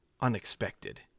unexpected